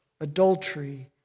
adultery